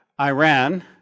Iran